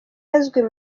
azwi